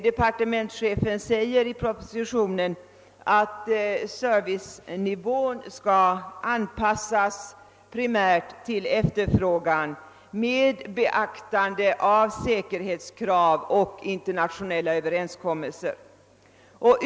Departementschefen uttalar i propositionen att servicenivån primärt skall anpassas till efterfrågan med beaktande av säkerhetskrav och internationella överenskommelser.